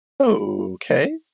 Okay